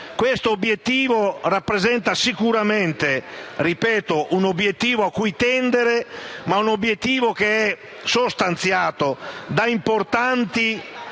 questo obiettivo rappresenta sicuramente un obiettivo cui tendere, ma anche un obiettivo che è sostanziato da importanti